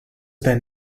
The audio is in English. then